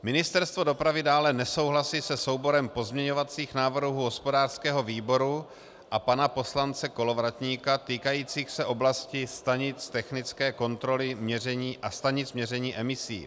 Ministerstvo dopravy dále nesouhlasí se souborem pozměňovacích návrhů hospodářského výboru a pana poslance Kolovratníka týkajících se oblasti stanic technické kontroly a stanic měření emisí.